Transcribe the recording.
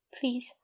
Please